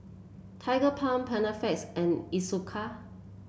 Tigerbalm Panaflex and Isocal